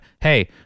hey